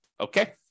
Okay